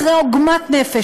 אחרי עוגמת נפש,